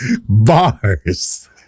Bars